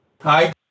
Hi